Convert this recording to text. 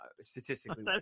statistically